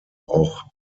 auch